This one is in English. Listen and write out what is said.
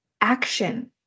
action